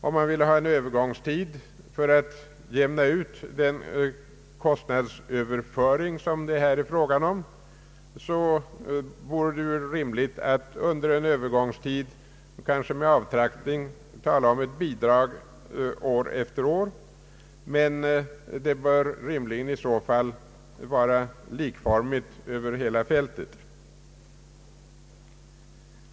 Om man vill ha en övergångstid för att jämna ut den kostnadsöverföring som det här är fråga om, vore det rimligt att under samma tid och kanske med avtrappning tala om ett bidrag år efter år, men det bör i så fall vara likformigt över hela fältet.